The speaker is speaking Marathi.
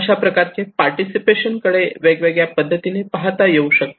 अशाप्रकारे पार्टिसिपेशन कडे वेगळ्या पद्धतीने पहाता येऊ शकते